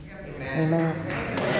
Amen